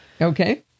Okay